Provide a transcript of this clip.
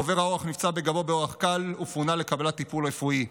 עובר האורח נפצע בגבו באורח קל ופונה לקבלת טיפול רפואי.